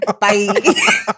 Bye